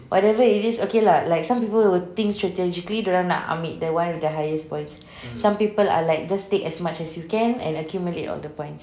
whatever it is okay lah some people will think strategically dorang nak amek the one with the highest points some people are like just take as much as you can and accumulate all the points